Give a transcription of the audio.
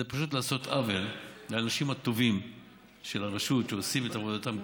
זה פשוט לעשות עוול לאנשים הטובים של הרשות שעושים את עבודתם קודש,